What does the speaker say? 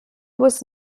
was